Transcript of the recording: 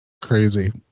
crazy